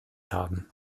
haben